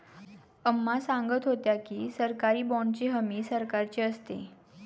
अम्मा सांगत होत्या की, सरकारी बाँडची हमी सरकारची असते